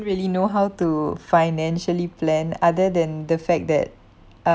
really know how to financially plan other than the fact that uh